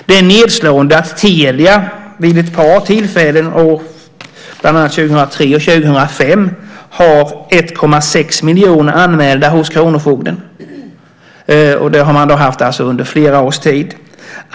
Det är nedslående att Telia vid ett par tillfällen, bland annat år 2003 och år 2005, har 1,6 miljoner anmälda hos kronofogden. Det har man alltså haft under flera års tid.